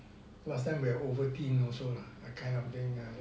last time we have ovaltine also lah that kind of thing